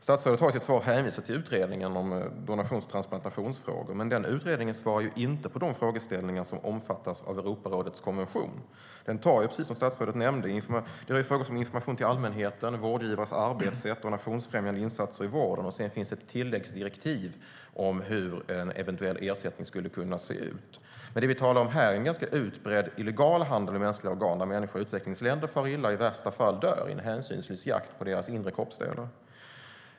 Statsrådet har i sitt svar hänvisat till Utredningen om donations och transplantationsfrågor, men den utredningen svarar ju inte på de frågeställningar som omfattas av Europarådets konvention. Som statsrådet nämnde rör konventionen frågor som information till allmänheten, vårdgivarnas arbetssätt och donationsfrämjande insatser i vården. Sedan finns det ett tilläggsdirektiv om hur en eventuell ersättning skulle kunna se ut. Men det vi talar om här är en ganska utbredd illegal handel med mänskliga organ där människor i utvecklingsländer far illa och i värsta fall dör i en hänsynslös jakt på deras inre kroppsdelar.